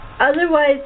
otherwise